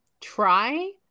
try